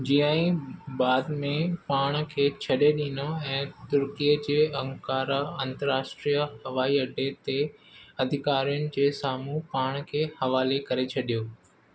जी आई बाद में पाण खे छडे॒ डि॒नो ऐं तुर्कीअ जे अंकारा अंतर्राष्ट्रीय हवाई अडे ते अधिकारियुनि जे साम्हू पाण खे हवाले करे छडि॒यो